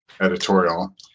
editorial